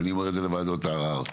לוועדות ערער,